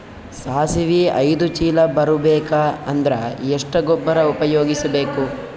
ಸಾಸಿವಿ ಐದು ಚೀಲ ಬರುಬೇಕ ಅಂದ್ರ ಎಷ್ಟ ಗೊಬ್ಬರ ಉಪಯೋಗಿಸಿ ಬೇಕು?